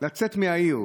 לצאת מהעיר.